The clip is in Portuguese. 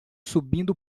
subindo